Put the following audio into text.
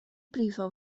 brifo